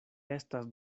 estas